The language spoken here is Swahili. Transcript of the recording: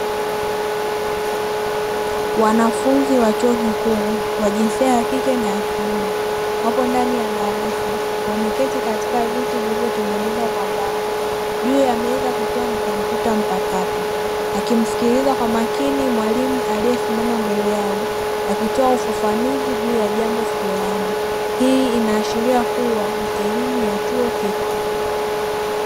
Wanafunzi wa chuo kikuu wa jinsia ya kike na ya kiume wapo ndani ya darasa wameketi katika viti vilivyotengenezwa kwa mbao juu ya meza kukiwa na kompyuta mpakato, wakimsikiliza kwa makini mwalimu aliyesimama mbele yao akitoa ufafanuzi juu ya jambo fulani. Hii inaashiria kuwa ni elimu ya chuo kikuu.